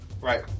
Right